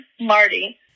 Marty